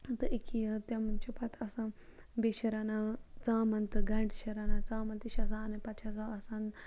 تہٕ اکیاہ یہِ تِم چھِ پَتہٕ آسان بیٚیہِ چھِ رَنان ژامَن تہٕ گَنڈٕ چھِ رَنان ژامَن تہٕ چھِ آسان اَنٕنۍ پَتہٕ چھِ آسان تَلٕنۍ